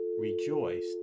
rejoiced